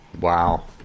Wow